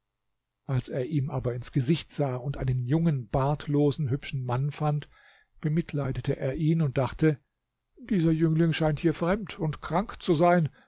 als er ihm aber ins gesicht sah und einen jungen bartlosen hübschen mann fand bemitleidete er ihn und dachte dieser jüngling scheint hier fremd und krank zu sein